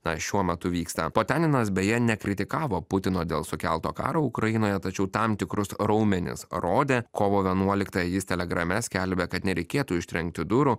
na šiuo metu vyksta potaninas beje nekritikavo putino dėl sukelto karo ukrainoje tačiau tam tikrus raumenis rodė kovo vienuoliktąją jis telegrame skelbė kad nereikėtų užtrenkti durų